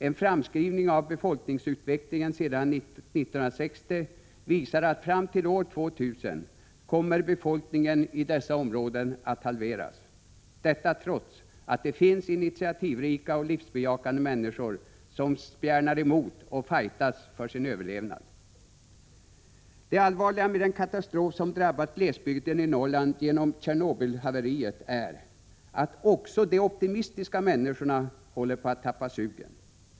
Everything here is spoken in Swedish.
En framskrivning av befolkningsutvecklingen sedan 1960 visar att fram till år 2000 kommer befolkningen i dessa områden att halveras, detta trots att det finns initiativrika och livsbejakande människor som spjärnar emot och fightas för sin överlevnad. Det allvarliga med den katastrof som drabbat glesbygden i Norrland på grund av Tjernobylhaveriet är att också de optimistiska människorna håller på att tappa sugen.